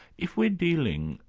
if we're dealing,